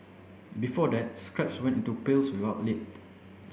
before that scraps went into pails without lid